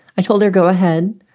i told her, go ahead,